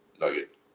nugget